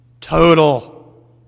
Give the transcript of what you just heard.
Total